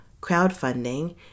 crowdfunding